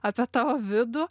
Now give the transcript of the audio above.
apie tavo vidų